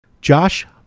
Josh